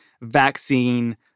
vaccine